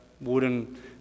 wooden